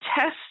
test